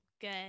Good